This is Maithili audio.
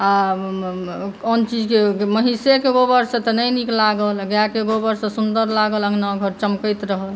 आ आन चीजके महिषे गोबर सॅं तऽ नहि नीक लागल गायके गोबरसँ सुन्दर लागल अङ्गना घर चमकैत रहल